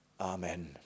Amen